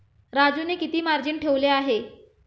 राजूने किती मार्जिन ठेवले आहे?